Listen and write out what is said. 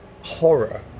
horror